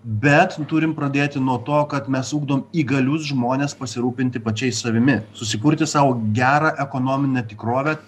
bet turim pradėti nuo to kad mes ugdom įgalius žmones pasirūpinti pačiais savimi susikurti sau gerą ekonominę tikrovę